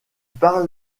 parle